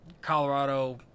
colorado